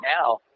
now